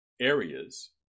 areas